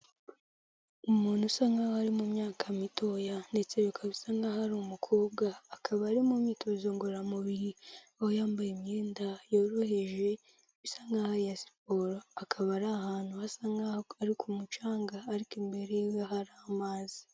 Umuntu usa nk'aho ari mu myaka mitoya ndetse bikaba bisa nk'aho ari umukobwa akaba ari mu myitozo ngororamubiri ,aho yambaye imyenda yoroheje isa nkaho ari iya siporo, akaba ari ahantu hasa nkaho ari ku mucanga ariko imbere yiwe hari amazi.